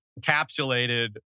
encapsulated